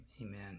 amen